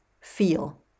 feel